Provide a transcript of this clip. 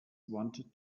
wanted